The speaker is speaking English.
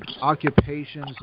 occupations